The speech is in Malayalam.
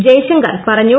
ജയശങ്കർ പറഞ്ഞു